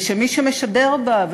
ושמי שמשדר בה,